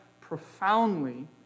profoundly